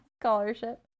scholarship